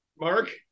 Mark